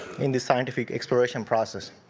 in the scientific exploration process.